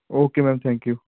okay ma'am thank you